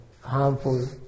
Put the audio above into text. harmful